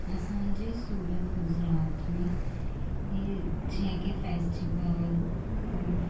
असांजे सूरत गुजरात में जीअं की फेस्टिवल फूफ